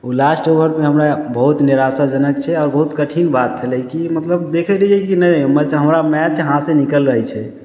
ओ last ओभरमे हमरा बहुत निराशाजनक छै आ बहुत कठिन बात छलै की मतलब देखे रहियै की नहि हम हमरा मैच हाथ से निकलि रहल छै